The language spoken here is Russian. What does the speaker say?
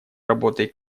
работой